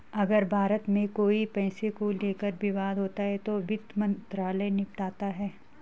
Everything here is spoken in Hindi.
अगर भारत में कोई पैसे को लेकर विवाद होता है तो वित्त मंत्रालय निपटाता है